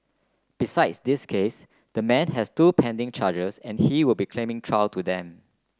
besides this case the man has two pending charges and he will be claiming trial to them